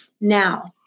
Now